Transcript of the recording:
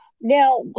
Now